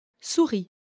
Souris